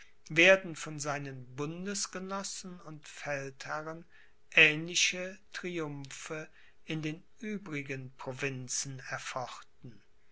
werden von seinen bundesgenossen und feldherren ähnliche triumphe in den übrigen provinzen erfochten